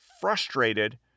frustrated